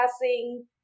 passing